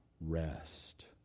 rest